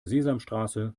sesamstraße